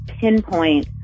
pinpoint